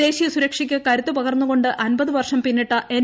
ദേശീയ സുരക്ഷയ്ക്ക് കരുത്ത് പകർന്നുകൊ് അമ്പത് വർഷം പിന്നിട്ട എൻ